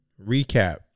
recap